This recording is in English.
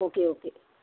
okay okay